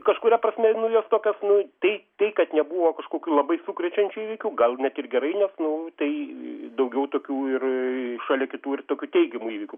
kažkuria prasme nu jos tokios nu tai tai kad nebuvo kažkokių labai sukrečiančių įvykių gal net ir gerai nes nu tai daugiau tokių ir šalia kitų ir tokių teigiamų įvykių